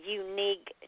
unique